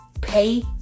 pay